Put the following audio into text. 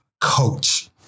coach